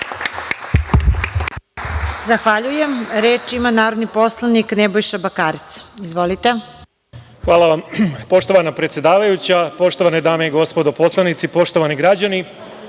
Zahvaljujem. Reč ima narodni poslanik Nebojša Bakarec. Izvolite. **Nebojša Bakarec** Hvala vam, poštovana predsedavajuća. Poštovane dame i gospodo poslanici, poštovani građani,